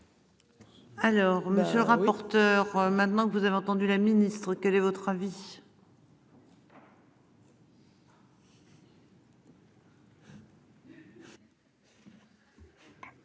Alors monsieur le rapporteur. Maintenant que vous avez entendu la ministre. Quel est votre avis.